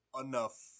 enough